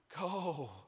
go